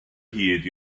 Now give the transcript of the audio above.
hyd